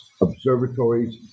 Observatories